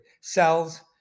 cells